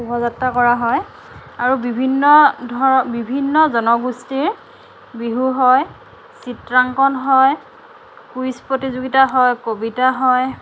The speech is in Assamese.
শুভাযাত্ৰা কৰা হয় আৰু বিভিন্ন ধৰ বিভিন্ন জনগোষ্ঠীৰ বিহু হয় চিত্ৰাংকন হয় কুইজ প্ৰতিযোগিতা হয় কবিতা হয়